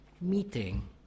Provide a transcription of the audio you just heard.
meeting